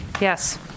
Yes